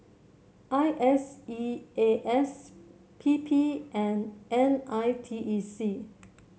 I S E A S P P and N I T E C